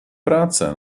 práce